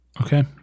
Okay